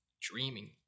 dreaming